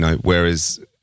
Whereas